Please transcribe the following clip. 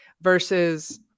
versus